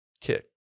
kick